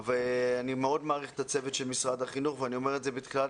אני מאוד מעריך את הצוות של משרד החינוך ואני אומר את זה בתחילת